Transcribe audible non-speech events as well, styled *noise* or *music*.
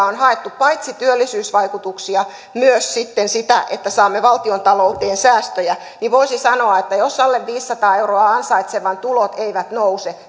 *unintelligible* on haettu paitsi työllisyysvaikutuksia myös sitten sitä että saamme valtiontalouteen säästöjä niin voisi sanoa että jos alle viisisataa euroa ansaitsevan tulot eivät nouse *unintelligible*